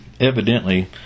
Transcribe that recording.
evidently